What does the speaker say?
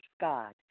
God